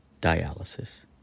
dialysis